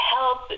help